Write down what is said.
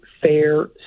fair